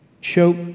choke